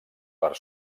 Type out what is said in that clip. per